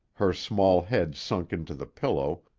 her small head sunk into the pillow,